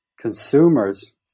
consumers